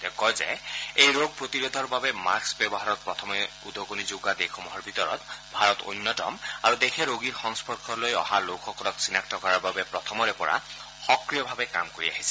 তেওঁ কয় যে এই ৰোগ প্ৰতিৰোধৰ বাবে মাস্ক ব্যৱহাৰত প্ৰথমে উদগণি যোগোৱা দেশসমূহৰ ভিতৰত ভাৰত অন্যতম আৰু দেশে ৰোগীৰ সংস্পৰ্শলৈ অহা লোকসকলক চিনাক্ত কৰাৰ বাবে প্ৰথমৰে পৰা সক্ৰিয়ভাৱে কাম কৰি আহিছে